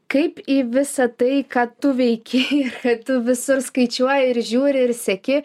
kaip į visa tai ką tu veiki kad tu visur skaičiuoji ir žiūri ir seki